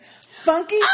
funky